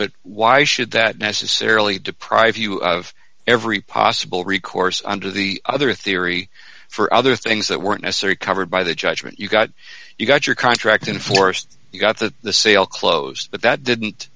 but why should that necessarily deprive you of every possible recourse under the other theory for other things that weren't necessary covered by the judgement you got you got your contract in force you got that the sale closed but that didn't